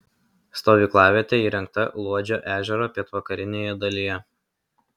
stovyklavietė įrengta luodžio ežero pietvakarinėje dalyje